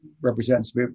represents